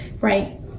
right